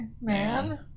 man